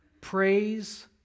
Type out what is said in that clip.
praise